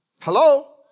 Hello